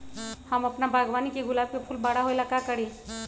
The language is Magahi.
हम अपना बागवानी के गुलाब के फूल बारा होय ला का करी?